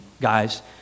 guys